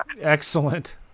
Excellent